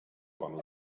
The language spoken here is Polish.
panu